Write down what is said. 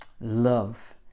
Love